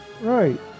Right